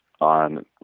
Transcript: on